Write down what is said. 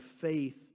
faith